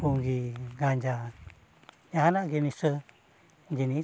ᱯᱩᱸᱜᱤ ᱜᱟᱸᱡᱟ ᱡᱟᱦᱟᱱᱟᱜ ᱜᱮ ᱱᱮᱥᱟ ᱡᱤᱱᱤᱥ